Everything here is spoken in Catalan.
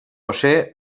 josé